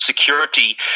security